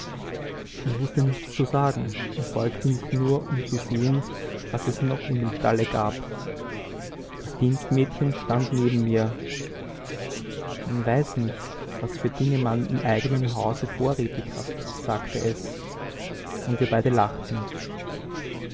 ich wußte nichts zu sagen und beugte mich nur um zu sehen was es noch in dem stalle gab das dienstmädchen stand neben mir man weiß nicht was für dinge man im eigenen hause vorrätig hat sagte es und wir beide lachten